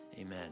amen